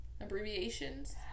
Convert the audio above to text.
abbreviations